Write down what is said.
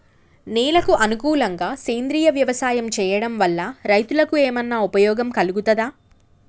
నేలకు అనుకూలంగా సేంద్రీయ వ్యవసాయం చేయడం వల్ల రైతులకు ఏమన్నా ఉపయోగం కలుగుతదా?